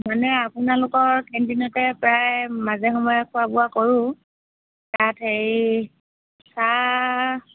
মানে আপোনালোকৰ কেণ্টিনতে প্ৰায় মাজে সময়ে খোৱা বোৱা কৰোঁ তাত হেৰি চাহ